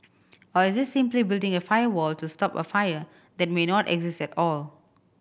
or is this simply building a firewall to stop a fire that may not exist at all